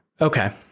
Okay